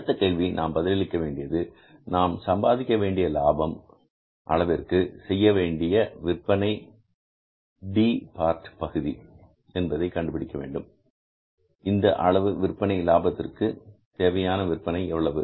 அடுத்த கேள்வி நாம் பதிலளிக்க வேண்டியது நாம் சம்பாதிக்க வேண்டிய லாபம் அளவிற்கு செய்யவேண்டிய விற்பனை டிபார்ட் பகுதி என்பதை கண்டுபிடிக்க வேண்டும் இந்த அளவு ரூபாய் லாபத்திற்கு தேவையான விற்பனை எவ்வளவு